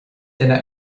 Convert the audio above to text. duine